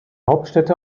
hauptstädte